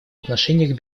отношении